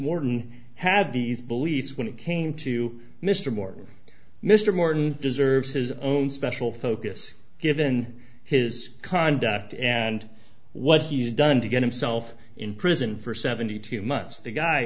morton has these police when it came to mr morton mr morton deserves his own special focus given his conduct and what he's done to get himself in prison for seventy two months the guy